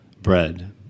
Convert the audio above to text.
Bread